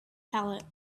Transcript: palate